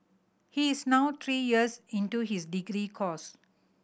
he is now three years into his degree course